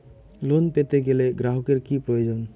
Loan পেতে গেলে গ্রাহকের কি প্রয়োজন?